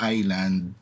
Island